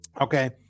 okay